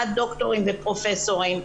עד דוקטורים ופרופסורים.